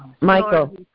Michael